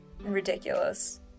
ridiculous